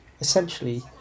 essentially